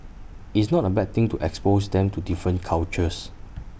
it's not A bad thing to expose them to different cultures